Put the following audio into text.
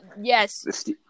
Yes